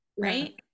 right